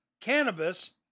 cannabis